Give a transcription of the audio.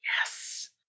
Yes